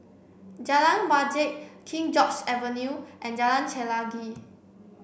Jalan Wajek King George's Avenue and Jalan Chelagi